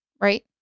Right